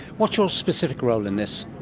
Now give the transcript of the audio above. what's your specific role in this?